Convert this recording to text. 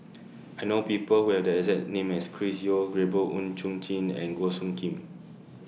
I know People Who Have The exact name as Chris Yeo Gabriel Oon Chong Jin and Goh Soo Khim